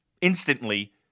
instantly